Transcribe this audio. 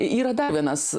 yra dar vienas